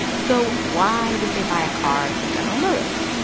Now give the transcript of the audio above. so why would they buy a car from general motors?